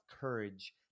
courage